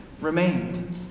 remained